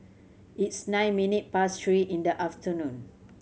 its nine minute past three in the afternoon